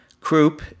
Croup